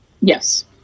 Yes